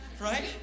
right